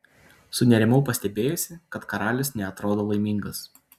sunerimau pastebėjusi kad karalius neatrodo laimingas